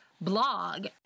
blog